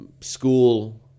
school